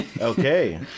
okay